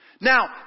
Now